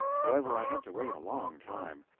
however, i had to wait a long time.